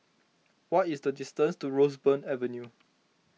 what is the distance to Roseburn Avenue